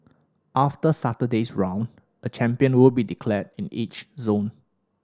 after Saturday's round a champion will be declared in each zone